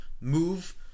move